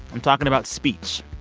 i'm talking about speech,